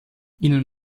ihnen